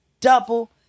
double